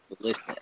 Listen